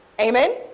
Amen